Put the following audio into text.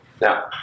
Now